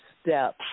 step –